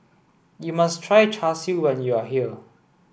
you must try Char Siu when you are here